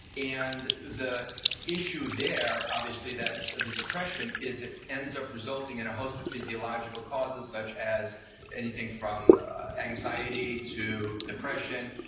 and the issue there obviously that's the suppression is it ends up resulting in a host of physiological causes such as anything from anxiety, to depression,